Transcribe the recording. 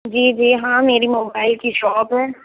جی جی ہاں میری موبائل کی شاپ ہے